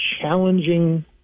challenging